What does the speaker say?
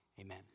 amen